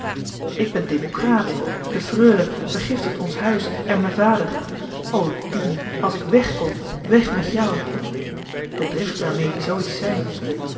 ik ben democraat de freule vergiftigt ons huis en me vader o dien a's ik weg kon weg met jou de drift waarmee d ie zoo ies zei